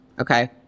okay